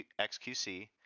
XQC